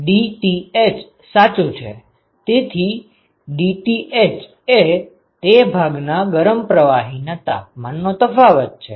તેથી ડીટીએચ એ તે ભાગના ગરમ પ્રવાહીના તાપમાનનો તફાવત છે